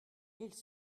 ils